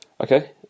Okay